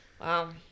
Wow